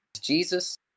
Jesus